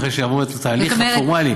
אחרי שיעבור את התהליך הפורמלי.